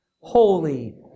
holy